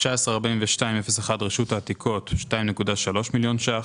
19-42-01 רשות העתיקות 2.3 מיליון ₪,